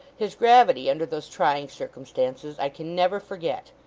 his gravity under those trying circumstances, i can never forget,